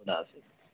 خدا حافظ